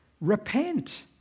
Repent